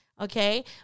Okay